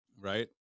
right